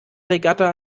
regatta